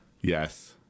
Yes